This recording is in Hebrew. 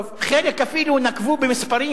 טוב, חלק אפילו נקבו במספרים.